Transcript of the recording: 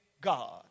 God